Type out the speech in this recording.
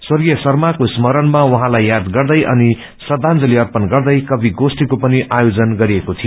स्वग्रीय शर्माको समाजमा उहाँलाई याद गर्ने अनि श्रदाजंली अर्पण गर्दै कवि गोष्ठीको पनि आयोजन गरिएको थियो